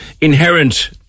inherent